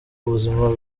buzima